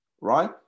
Right